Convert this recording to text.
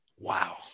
Wow